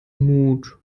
mut